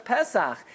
Pesach